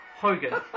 Hogan